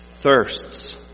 thirsts